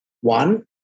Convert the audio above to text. one